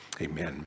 Amen